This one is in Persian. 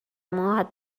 موهات